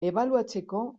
ebaluatzeko